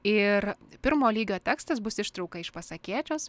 ir pirmo lygio tekstas bus ištrauka iš pasakėčios